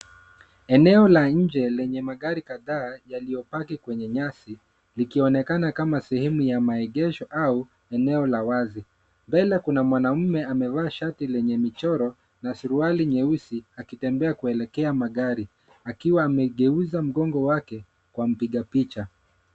Eneo la nje lenye magari kadhaa yaliyopaki kwenye nyasi likionekana kama sehemu ya maegesho au eneo la wazi. Mbele kuna mwanaume amevaa shati lenye michoro na suruali nyeusi akitembea kuelekea magari, akiwa amegeuza mgongo wake kwa mpiga picha.